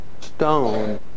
stone